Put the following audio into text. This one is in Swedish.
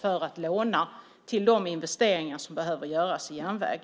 för att låna till de investeringar som behöver göras i järnvägar.